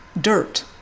dirt